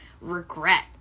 regret